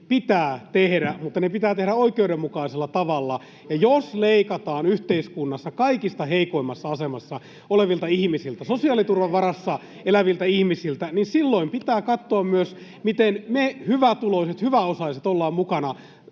pitää tehdä mutta ne pitää tehdä oikeudenmukaisella tavalla, ja jos leikataan yhteiskunnassa kaikista heikoimmassa asemassa olevilta ihmisiltä, sosiaaliturvan varassa eläviltä ihmisiltä, niin silloin pitää katsoa myös, miten me hyvätuloiset, hyväosaiset, ollaan mukana